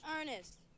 Ernest